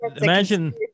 imagine